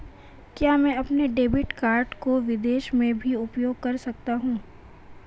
क्या मैं अपने डेबिट कार्ड को विदेश में भी उपयोग कर सकता हूं?